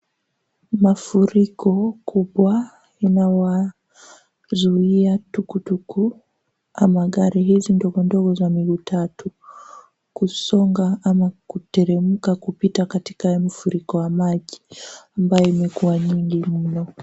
Mafuriko kubwa inawazuia tukutuku ama hizi gari ndogo za miguu tatu kusonga ama kuteremka kupita katika mafuriko ya maji ambayo yamekuwa mengi mno.